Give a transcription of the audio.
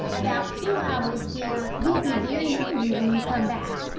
about two hours, dear, you'll be very hungry when you come back,